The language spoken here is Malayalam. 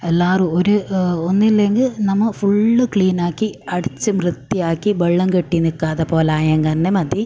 എല്ലാവരും ഒരു ഒന്നില്ലെങ്കിൽ നമ്മൾ ഫുള്ള് ക്ലീനാക്കി അടിച്ചു വൃത്തിയാക്കി വെളളം കെട്ടി നിൽക്കാത്ത പോലെ ആയാൽ അങ്ങനന്നെ മതി